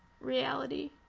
reality